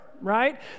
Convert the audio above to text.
right